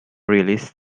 released